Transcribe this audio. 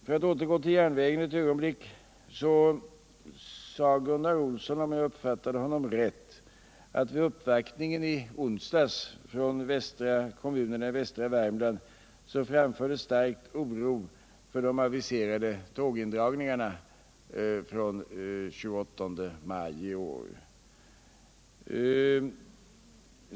För att återgå till järnvägen ett ögonblick, så sade Gunnar Olsson, om jag uppfattade honom rätt, att det framfördes stark oro vid uppvaktningen i onsdags från kommunerna i västra Värmland för de aviserade tågindragningarna från den 28 maj i år.